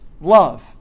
love